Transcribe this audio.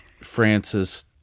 Francis